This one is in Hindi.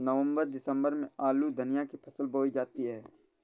नवम्बर दिसम्बर में आलू धनिया की फसल बोई जाती है?